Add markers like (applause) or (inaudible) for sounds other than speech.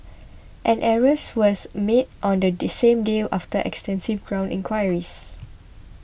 an arrest was made on the (unintelligible) same day after extensive ground enquiries